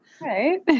Right